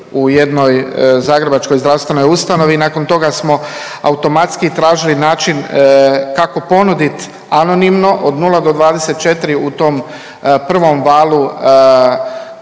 u jednoj zagrebačkoj zdravstvenoj ustanovi i nakon toga smo automatski tražili način kako ponuditi anonimno od 0-24 u tom prvom valu